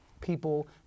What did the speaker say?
People